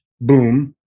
Boom